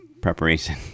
preparation